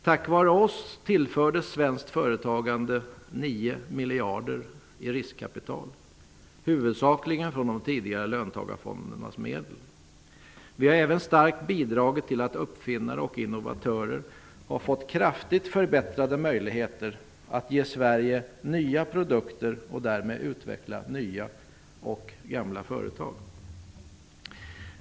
Tack vare oss tillfördes svenskt företagande 9 miljarder i riskkapital, huvudsakligen från de tidigare löntagarfondernas medel. Vi har även starkt bidragit till att uppfinnare och innovatörer har fått kraftigt förbättrade möjligheter att ge Sverige nya produkter och därmed att utveckla nya och gamla företag.